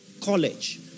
college